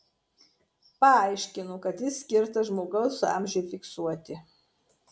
paaiškino kad jis skirtas žmogaus amžiui fiksuoti